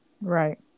Right